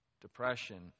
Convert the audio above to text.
depression